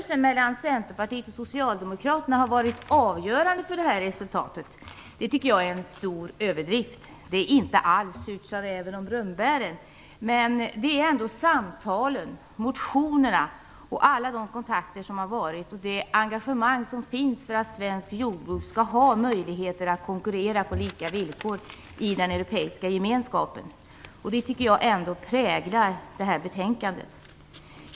Socialdemokraterna har varit avgörande för resultatet tycker jag är en stor överdrift. Surt sade räven om rönnbären? Nej, så är det inte alls. Det är ändå samtalen, motionerna och alla de kontakter som har tagits och det engagemang som finns för att svenskt jordbruk skall ha möjligheter att konkurrera på lika villkor i den europeiska gemenskapen som präglar betänkandet.